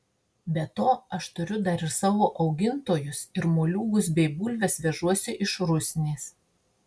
be to aš turiu dar ir savo augintojus ir moliūgus bei bulves vežuosi iš rusnės